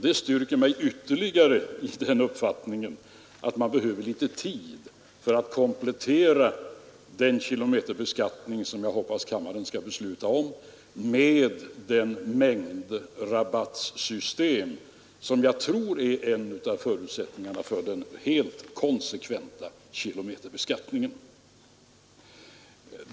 Det styrker mig ytterligare i den uppfattningen att man behöver litet tid för att komplettera den kilometerbeskattning som jag hoppas kammaren skall besluta om med det mängdrabattsystem som jag tror är en av förutsätttningarna för den helt konsekventa kilometerbeskattningen.